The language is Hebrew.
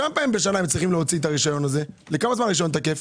לכמה זמן הרשיון תקף?